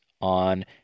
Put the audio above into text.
on